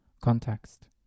context